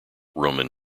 roman